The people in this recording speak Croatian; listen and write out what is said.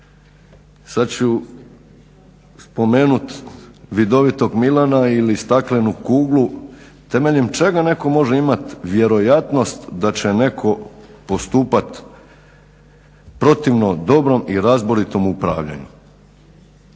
Sad ću spomenuti vidovitog Milana ili staklenu kuglu. Temeljem čega netko može imati vjerojatnost da će netko postupat protivno dobrom i razboritom upravljanju.